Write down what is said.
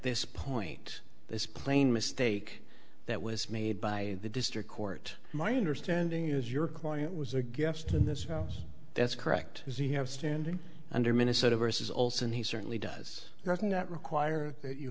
this point this plane mistake that was made by the district court my understanding is your client was a guest in this house that's correct does he have standing under minnesota versus olson he certainly does not not require that you